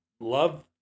love